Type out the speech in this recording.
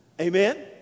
Amen